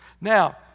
Now